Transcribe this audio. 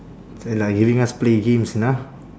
and like giving us play games you know